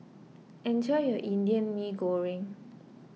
enjoy your Indian Mee Goreng